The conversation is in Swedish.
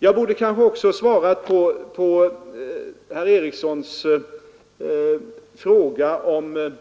Jag borde kanske också svara på herr Erikssons fråga om